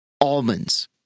almonds—